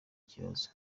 kibazo